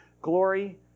glory